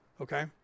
Okay